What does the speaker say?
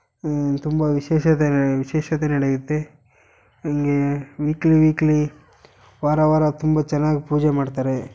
ತುಂಬ ವಿಶೇಷತೆ ನಡೆ ವಿಶೇಷತೆ ನಡೆಯುತ್ತೆ ಹಿಂಗೇ ವೀಕ್ಲಿ ವೀಕ್ಲಿ ವಾರ ವಾರ ತುಂಬ ಚೆನ್ನಾಗಿ ಪೂಜೆ ಮಾಡ್ತಾರೆ